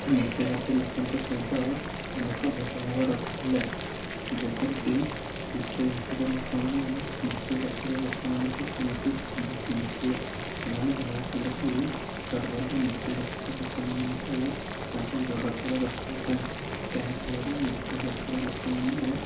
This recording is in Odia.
ନୀଚ୍ଚ ଜାତି ଲୋକଙ୍କ ସହିତ ଅନେକ ଭେଦଭାବ ରଖିଥିଲେ ଯେପରିକି ଉଚ୍ଚ ଜାତିର ଲୋକମାନେ ନୀଚ୍ଚ ଜାତିର ଲୋକମାନଙ୍କୁ କୌଣସି ସହଯୋଗ କରୁନଥିଲେ ସେମାନେ ଭାବୁଥିଲେ କି ସର୍ବଦା ନୀଚ୍ଚ ଜାତିର ଲୋକମାନଙ୍କୁ ତାଙ୍କ ଗୋଡ଼ ତଳେ ରଖିବାପାଇଁ ଏହାଫଳରେ ନୀଚ୍ଚ ଜାତିର ଲୋକମାନେ